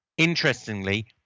interestingly